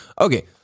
okay